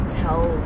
tell